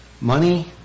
money